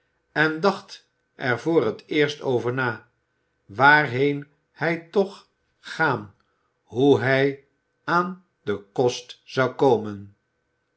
en dacht er voor het eerst over na waarheen hij toch gaan hoe hij aan den kost zou komen